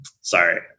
sorry